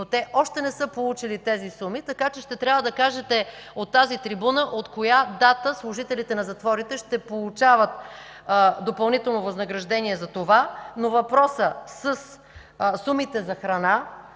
но те още не са получили тези суми, така че ще трябва да кажете от тази трибуна от коя дата служителите на затворите ще получават допълнително възнаграждение за това. Но въпросът със сумите за храна,